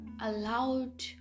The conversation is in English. allowed